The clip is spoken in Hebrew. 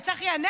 את צחי הנגבי?